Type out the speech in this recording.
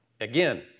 Again